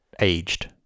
aged